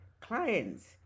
clients